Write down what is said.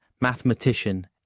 mathematician